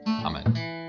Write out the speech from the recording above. Amen